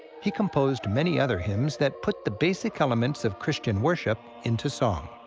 he composed many other hymns that put the basic elements of christian worship into song.